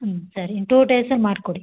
ಹ್ಞೂ ಸರಿ ಇನ್ನು ಟೂ ಡೇಸಲ್ಲಿ ಮಾಡಿಕೊಡಿ